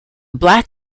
black